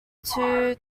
two